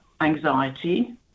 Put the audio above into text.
anxiety